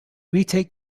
retake